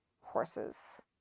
horses